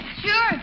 Sure